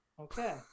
Okay